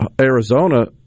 Arizona